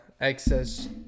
Excess